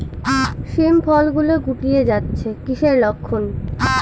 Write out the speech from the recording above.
শিম ফল গুলো গুটিয়ে যাচ্ছে কিসের লক্ষন?